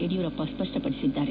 Yediyurappa ಸ್ವಷ್ವಪಡಿಸಿದ್ದಾರೆ